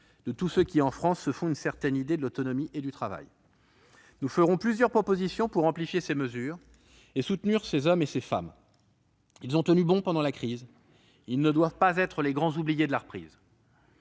de tous ceux qui, en France, se font une certaine idée de l'autonomie et du travail. Nous ferons plusieurs propositions pour amplifier la portée de ces mesures et soutenir ces hommes et ces femmes ; ils ont tenu bon pendant la crise et ne doivent pas être les grands oubliés de la reprise.